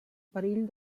perill